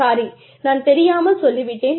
sorry நான் தெரியாமல் சொல்லிவிட்டேன்